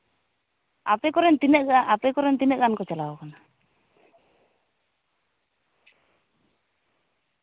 ᱟᱯᱮ ᱠᱚᱨᱮᱱ ᱛᱤᱱᱟᱹᱜ ᱜᱟᱱ ᱟᱯᱮ ᱠᱚᱨᱮᱱ ᱛᱤᱱᱟᱹᱜ ᱜᱟᱱ ᱠᱚ ᱪᱟᱞᱟᱣ ᱠᱟᱱᱟ